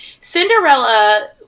Cinderella